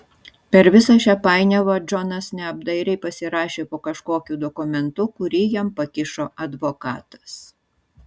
per visą šią painiavą džonas neapdairiai pasirašė po kažkokiu dokumentu kurį jam pakišo advokatas